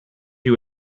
you